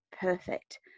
perfect